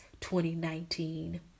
2019